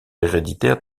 héréditaire